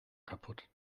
kaputt